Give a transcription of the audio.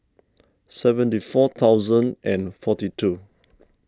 seventy four thousand and forty two